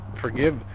forgive